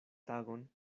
tagon